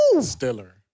Stiller